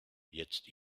jetzt